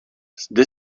zde